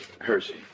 Hershey